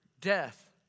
Death